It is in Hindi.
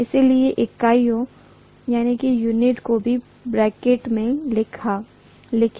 चलिए इकाइयों को भी ब्रैकेट में लिखें